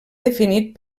definit